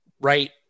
right